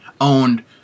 owned